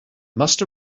must